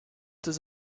does